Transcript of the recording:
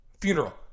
funeral